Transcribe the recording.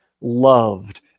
loved